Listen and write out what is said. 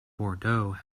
bordeaux